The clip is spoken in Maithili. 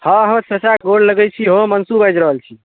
हँ हँ चचा गोर लगैत छी हम अंशु बाजि रहल छी